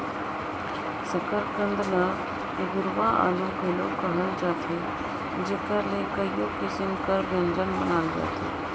सकरकंद ल गुरूवां आलू घलो कहल जाथे जेकर ले कइयो किसिम कर ब्यंजन बनाल जाथे